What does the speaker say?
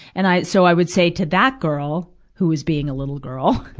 and i, so i would say to that girl, who was being a little girl,